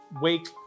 Wake